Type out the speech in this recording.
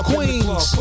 Queens